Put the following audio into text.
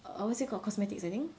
err what's that called cosmetics I think